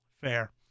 fair